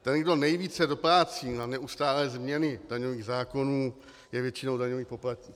Ten, kdo nejvíce doplácí na neustálé změny daňových zákonů, je většinou daňový poplatník.